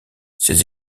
ces